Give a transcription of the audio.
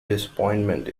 disappointment